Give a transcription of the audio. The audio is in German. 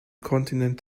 kontinent